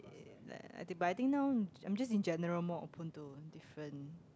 but I think now I'm just in general more open to different